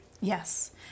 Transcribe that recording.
Yes